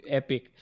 epic